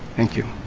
thank you.